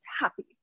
happy